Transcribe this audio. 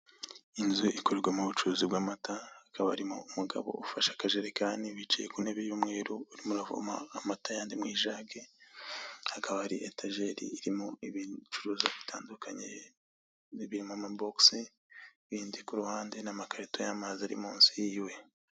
Inzu ikorerwamo ubucuruzi bw'amata hakaba harimo umugabo ufashe akajerekani wicaye ku ntebe y'umweru urimo aravoma amata y'andi mu ijage hakaba hari etejeri irimo ibicuruzwa bitandukanye n'ibiri mu mabogisi n'ibindi ku ruhande n'amakarito y'amazi ari mu nsi yiwe.